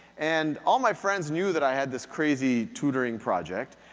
and all my friends knew that i had this crazy tutoring project,